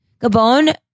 Gabon